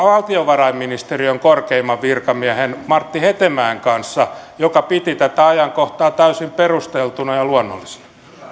valtiovarainministeriön korkeimman virkamiehen martti hetemäen kanssa joka piti tätä ajankohtaa täysin perusteltuna ja luonnollisena